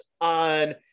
on